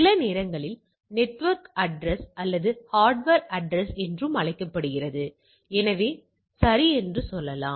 சில நேரங்களில் network address அல்லது ஹார்ட்வர் அட்ரஸ் என்றும் அழைக்கப்படுகிறது எனவே சரி என்று சொல்லலாம்